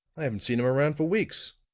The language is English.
i haven't seen him around for weeks?